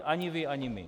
Ani vy ani my.